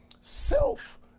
self